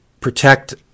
protect